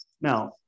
now